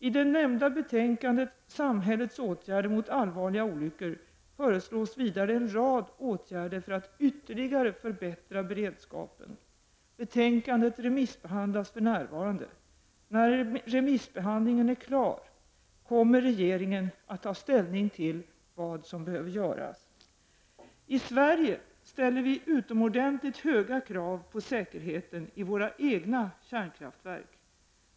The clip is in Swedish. I det nämnda betänkandet ”Samhällets åtgärder mot allvarliga olyckor” förelsås vidare en rad åtgärder för att ytterligare förbättra beredskapen. Betänkandet remissbehandlas för närvarande. När remissbehandlingen är klar kommer regeringen att ta ställning till vad som behöver göras. I Sverige ställer vi utomordentligt höga krav på säkerheten i våra egna kärnkraftverk.